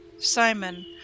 Simon